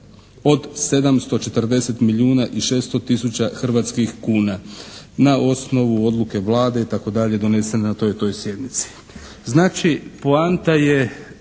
od 740 milijuna i 600 tisuća hrvatskih kuna, na osnovu odluke Vlade, itd., donesena na toj i toj sjednici".